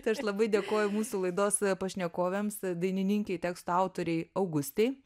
tai aš labai dėkoju mūsų laidos pašnekovėms dainininkei teksto autorei augustei